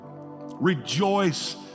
Rejoice